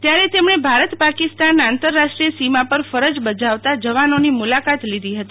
ત્યારે તેમણે ભારત પાકિસ્તાન આંતરરાષ્ટ્રીય સીમા પર ફરજ બજાવતા જવાનોની મુલાકાત લીધી હતી